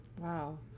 Wow